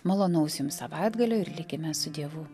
malonaus jums savaitgalio ir likime su dievu